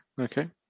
okay